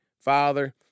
Father